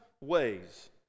ways